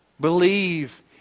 Believe